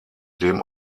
dem